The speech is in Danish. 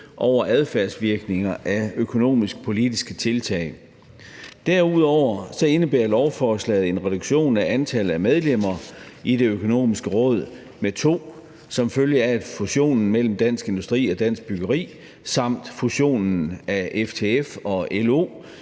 over adfærdsvirkninger af økonomisk-politiske tiltag. Derudover indebærer lovforslaget en reduktion af antallet af medlemmer i Det Økonomiske Råd med to som følge af fusionen af Dansk Industri og Dansk Byggeri samt fusionen af FTF og LO